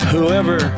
Whoever